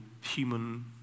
human